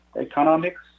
economics